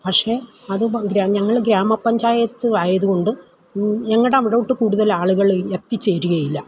പക്ഷെ അത് ഞങ്ങള് ഗ്രാമ പഞ്ചായത്ത് ആയതുകൊണ്ട് ഞങ്ങളുടെ അവിടോട്ട് കൂടുതൽ ആളുകൾ എത്തി ചേരുകയില്ല